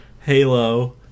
Halo